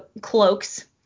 cloaks